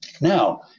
Now